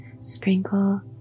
Sprinkle